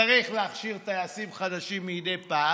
צריך להכשיר טייסים חדשים מדי פעם,